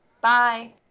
Bye